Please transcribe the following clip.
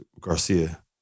Garcia